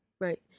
Right